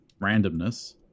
randomness